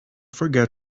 forget